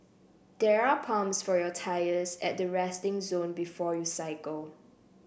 there are pumps for your tyres at the resting zone before you cycle